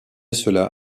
cela